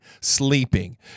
sleeping